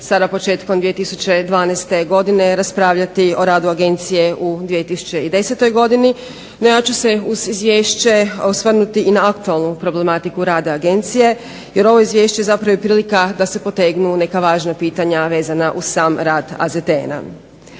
sada početkom 2012. godine raspravljati o radu agencije u 2010. godini, no ja ću se uz izvješće osvrnuti i na aktualnu problematiku rada agencije jer ovo izvješće zapravo je prilika da se potegnu neka važna pitanja vezana uz sam rad AZTN-a.